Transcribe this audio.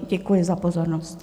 Děkuji za pozornost.